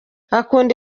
akunda